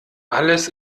alles